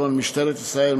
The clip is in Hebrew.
כגון משטרת ישראל,